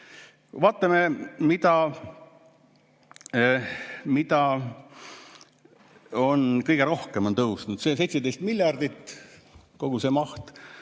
Vaatame, mis kõige rohkem on tõusnud. See 17 miljardit, kogu see maht,